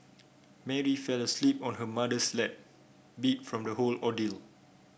Mary fell asleep on her mother's lap beat from the whole ordeal